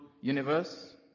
universe